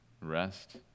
rest